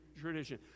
tradition